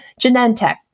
Genentech